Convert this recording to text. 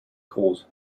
groß